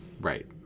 right